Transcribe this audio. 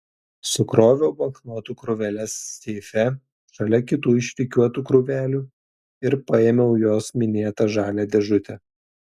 sukroviau banknotų krūveles seife šalia kitų išrikiuotų krūvelių ir paėmiau jos minėtą žalią dėžutę